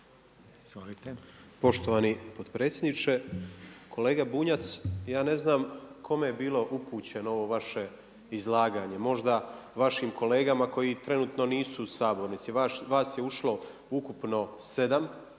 (MOST)** Poštovani potpredsjedniče, kolega Bunjac ja ne znam kome je bilo upućeno ovo vaše izlaganje? Možda vašim kolegama koji trenutno nisu u sabornici. Vas je ušlo ukupno 7 sa